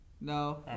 No